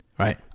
Right